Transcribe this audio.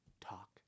talk